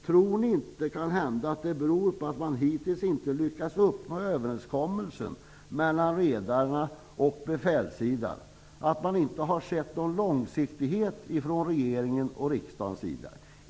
Tror ni inte att det att man hittills inte har lyckats uppnå överenskommelsen mellan redarsidan och befälssidan beror på att regering och riksdag inte har haft någon långsiktig inriktning?